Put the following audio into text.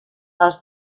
els